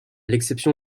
l’exception